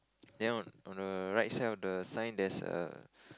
then on on the right side of the sign there's err